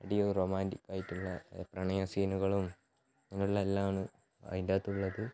അടിയും റൊമാൻറ്റിക്ക് ആയിട്ടുള്ള പ്രണയസീനുകളും അങ്ങനെയുള്ള എല്ലാം ആണ് അതിന്റെ അകത്തുള്ളത്